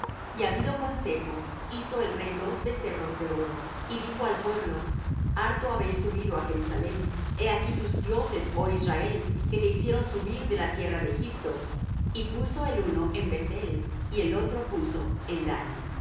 y habido consejo hizo el rey dos becerros de oro y dijo al pueblo harto habéis subido á jerusalem he aquí tus dioses oh israel que te hicieron subir de la tierra de egipto y puso el uno en beth-el y el otro puso en dan y